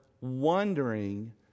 wondering